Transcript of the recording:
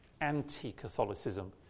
anti-Catholicism